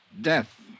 Death